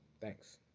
thanks